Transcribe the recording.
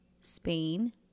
Spain